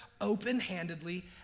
open-handedly